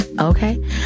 okay